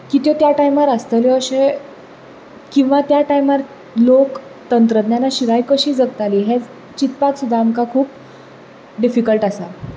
की त्यो त्या टायमार आसतल्यो अशें किंवा त्या टायमार लोक तंत्रज्ञाना शिवाय कशी जगतालीं हें चिंतपाक सुद्दां आमकां खूब डिफिकल्ट आसा